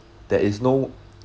there is no